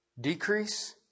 decrease